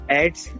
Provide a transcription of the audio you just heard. ads